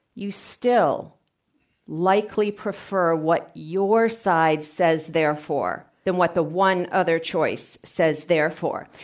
you still likely prefer what your side says, therefore, than what the one other choice says they're for.